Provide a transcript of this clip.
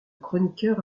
chroniqueur